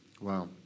Wow